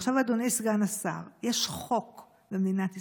עכשיו, אדוני סגן השר, יש חוק במדינת ישראל,